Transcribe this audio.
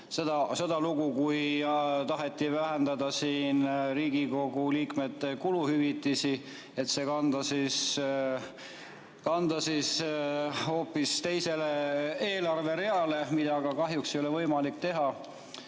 seda, kui taheti vähendada Riigikogu liikmete kuluhüvitisi, et kanda need hoopis teisele eelarvereale, mida aga kahjuks ei ole võimalik teha.